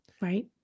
right